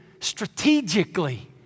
strategically